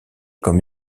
comme